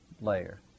layer